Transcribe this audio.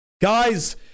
Guys